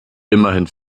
immerhin